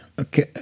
Okay